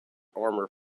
armour